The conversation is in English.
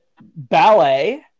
ballet